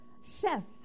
Seth